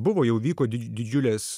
buvo jau vyko didžiulės